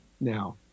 now